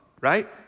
right